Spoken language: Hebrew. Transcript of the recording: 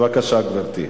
בבקשה, גברתי.